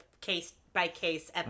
case-by-case